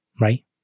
right